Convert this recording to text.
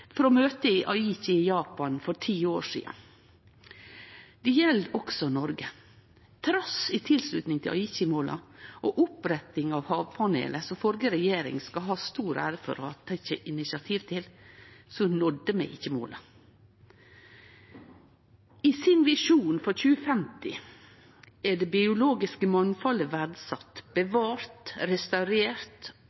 i Japan ti år tidlegare. Det gjeld også Noreg. Trass i tilslutning til Aichi-måla og oppretting av Havpanelet, som den førre regjeringa skal ha stor ære for å ha teke initiativ til, nådde vi ikkje måla. I sin visjon for 2050 er det biologiske mangfaldet verdsett,